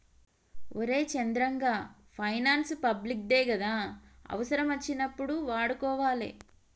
ఒరే చంద్రం, గా finance public దే గదా, అవుసరమచ్చినప్పుడు వాడుకోవాలె